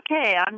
okay